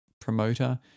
promoter